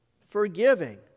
forgiving